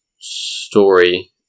story